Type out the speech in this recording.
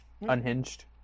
Unhinged